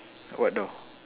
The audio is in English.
what door